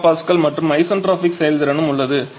2 MPa மற்றும் isentropic செயல்திறனும் உள்ளது